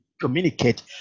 communicate